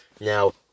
Now